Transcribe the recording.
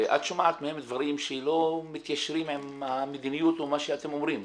ואת שומעת מהם דברים שלא מתיישרים עם המדיניות או מה שאתם אומרים.